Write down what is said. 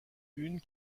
une